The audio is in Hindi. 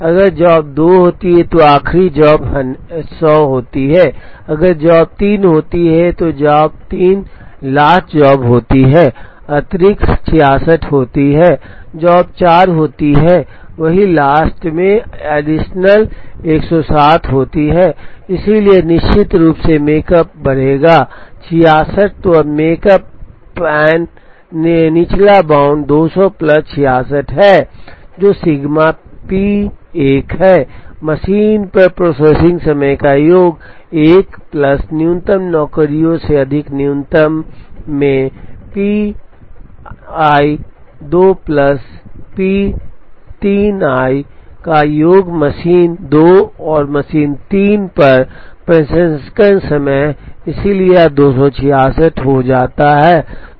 अगर जॉब 2 होती है तो आखिरी जॉब 100 होती है अगर जॉब 3 होती है तो जॉब 3 लास्ट जॉब होती है अतिरिक्त 66 होती है जॉब 4 होती है वहीं लास्ट में एडिशनल 107 होती है इसलिए निश्चित रूप से मेकप अप बढ़ेगा 66 तो अब मेकपैन पर निचला बाउंड 200 प्लस 66 है जो सिग्मा पी i 1 है मशीन पर प्रोसेसिंग समय का योग 1 प्लस न्यूनतम नौकरियों से अधिक न्यूनतम मैं P i 2 plus P 3 i का योग मशीनों 2 और मशीन 3 पर प्रसंस्करण समय इसलिए यह 266 हो जाता है